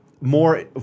more